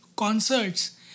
concerts